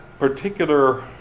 particular